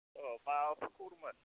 अ माबाफोर खबरमोन